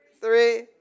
three